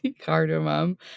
cardamom